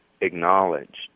acknowledged